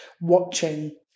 watching